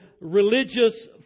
religious